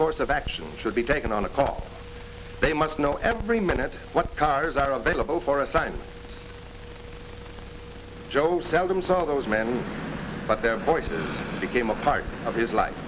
course of action should be taken on a call they must know every minute what cars are available for a sign job seldom saw those men but their voices became a part of his life